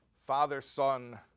father-son